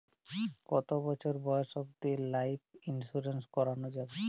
কতো বছর বয়স অব্দি লাইফ ইন্সুরেন্স করানো যাবে?